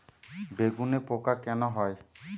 বেগুনে পোকা কেন হয়?